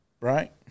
right